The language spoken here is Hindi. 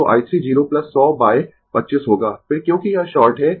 तो i 3 0 100 बाय 25 होगा फिर क्योंकि यह शॉर्ट है